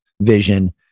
vision